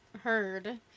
heard